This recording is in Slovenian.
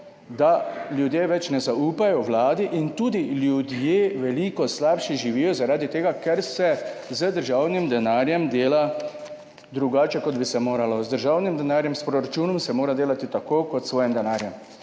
da ljudje več ne zaupajo Vladi in tudi ljudje veliko slabše živijo zaradi tega, ker se z državnim denarjem dela drugače kot bi se moralo. Z državnim denarjem, s proračunom se mora delati tako kot v svojem **47.